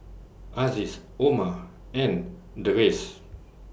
Aziz Omar and Deris